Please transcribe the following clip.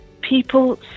people